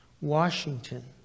Washington